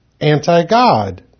anti-God